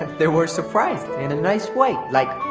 they were surprised in a nice way. like,